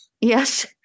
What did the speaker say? Yes